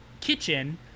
kitchen